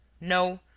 no,